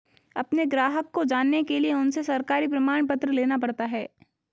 अपने ग्राहक को जानने के लिए उनसे सरकारी प्रमाण पत्र लेना पड़ता है